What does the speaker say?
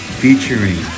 featuring